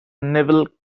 neville